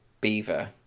Beaver